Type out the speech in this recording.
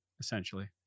essentially